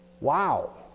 Wow